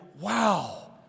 wow